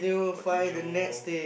continue